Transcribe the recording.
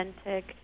authentic